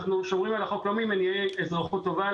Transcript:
אנחנו שומרים על החוק לא ממניעי אזרחות טובה,